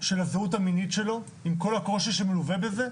של הזהות המינית שלו עם כל הקושי שמלווה בזה,